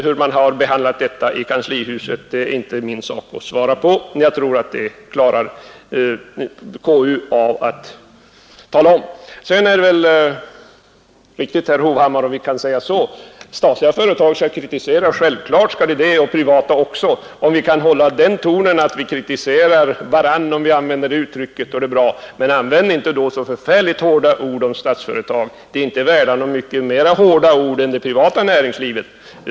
Hur man har behandlat detta i kanslihuset är inte min sak att svara på. Det klarar konstitutionsutskottet av att tala om. Självklart skall statliga företag kritiseras, herr Hovhammar, och privata också. Att vi kritiserar varandra — om vi skall använda det uttrycket — är bra, men använd inte så förfärligt hårda ord om Statsföretag. Det företaget är inte värt hårdare ord än det privata näringslivet.